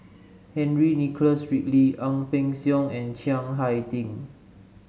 Henry Nicholas Ridley Ang Peng Siong and Chiang Hai Ding